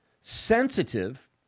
sensitive